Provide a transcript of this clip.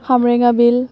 Hamrenga বিল